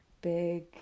big